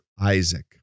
Isaac